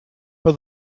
for